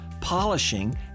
polishing